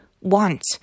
want